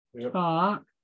talk